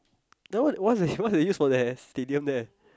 then what they what they what they use for the stadium there